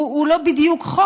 הוא לא בדיוק חוק,